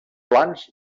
plans